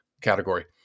category